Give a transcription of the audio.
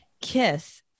kiss